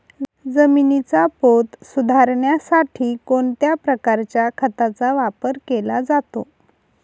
जमिनीचा पोत सुधारण्यासाठी कोणत्या प्रकारच्या खताचा वापर केला जातो?